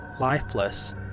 lifeless